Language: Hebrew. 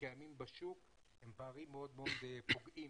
שקיימים בשוק הם פערים מאוד פוגעים,